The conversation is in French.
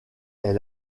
est